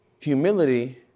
Humility